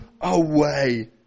away